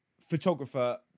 photographer